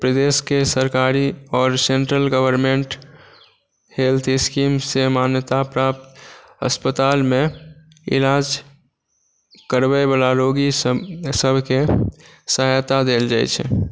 प्रदेशके सरकारी आओर सेंट्रल गवर्नमेंट हेल्थ स्कीम से मान्यता प्राप्त अस्पतालमे इलाज करबै वाला रोगी सब सबकेँ सहायता देल जाइ छै